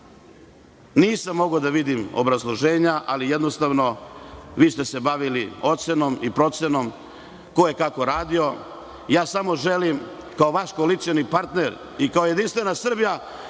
Nisam mogao da vidim obrazloženja, ali jednostavno, vi ste se bavili ocenom i procenom ko je kako radio. Samo želim, kao vaš koalicioni partner i kao JS koja nije